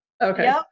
Okay